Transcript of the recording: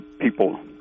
people